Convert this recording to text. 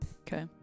Okay